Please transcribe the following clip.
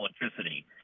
electricity